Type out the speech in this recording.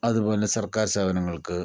അതുപോലെ സർക്കാർ സേവനങ്ങൾക്ക്